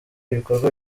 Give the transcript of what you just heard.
ibikorwa